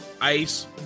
ice